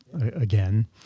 again